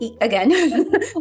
Again